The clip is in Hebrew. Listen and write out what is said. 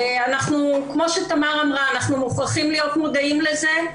וכמו שתמר אמרה אנחנו מוכרחים להיות מודעים לזה.